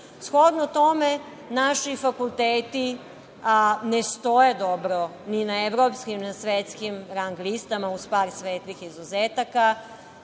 tome, naši fakulteti ne stoje dobro ni na Evropskim ni na svetskim rang listama, uz par svetlih izuzetaka.